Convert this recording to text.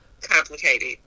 complicated